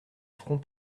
front